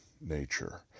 nature